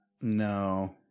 No